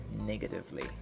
negatively